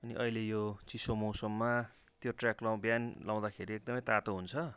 अनि अहिले यो चिसो मौसममा त्यो ट्र्याक लउ बिहान लाउँदाखेरि एकदमै तातो हुन्छ